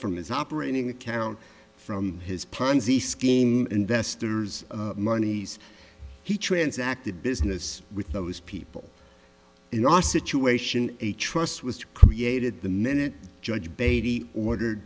from his operating account from his ponzi scheme investors moneys he transacted business with those people in our situation a trust was created the minute judge beatty ordered